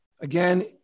Again